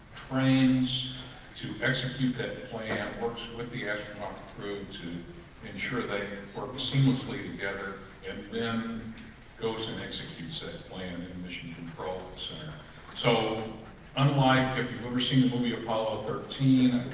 trains to execute that plan, works with the astronaut crew to ensure they work seamlessly together and then goes and executes that plan in the mission control center so unlike, if you've ever seen but be apollo thirteen,